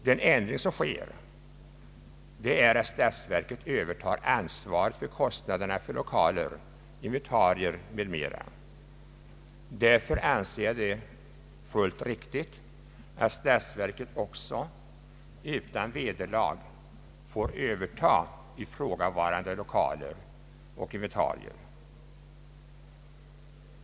Den ändring som sker är att statsverket övertar ansvaret för kostnaderna för lokaler, inventarier m.m. Därför anser jag det fullt riktigt att statsverket också utan vederlag får överta ifrågavarande lokaler, inventarier och dylikt.